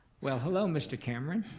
well hello mr. cameron.